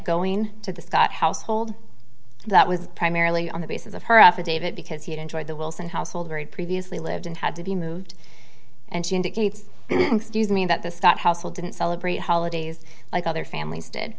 going to the scott household that was primarily on the basis of her affidavit because he enjoyed the wilson household very previously lived and had to be moved and she indicates excuse me that the scott household didn't celebrate holidays like other families did